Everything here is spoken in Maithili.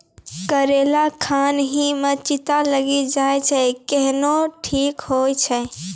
करेला खान ही मे चित्ती लागी जाए छै केहनो ठीक हो छ?